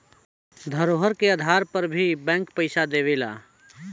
धरोहर के आधार पर भी बैंक पइसा देवेला